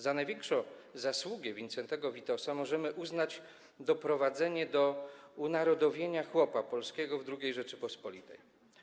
Za największą zasługę Wincentego Witosa możemy uznać doprowadzenie do unarodowienia chłopa polskiego w II Rzeczypospolitej.